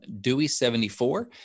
Dewey74